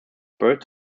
birds